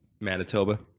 Manitoba